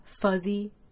fuzzy